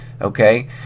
okay